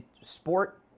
sport